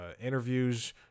interviews